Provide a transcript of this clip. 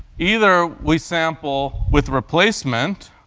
either we sample with replacement